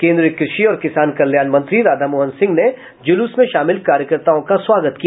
केन्द्रीय कृषि और किसान कल्याण मंत्री राधामोहन सिंह ने जुलूस में शामिल कार्यकर्ताओं का स्वागत किया